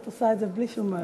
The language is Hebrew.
את עושה את זה בלי שום בעיה.